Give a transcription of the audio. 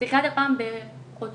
בשיחה פעם בחודשיים,